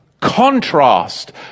contrast